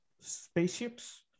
spaceships